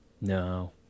no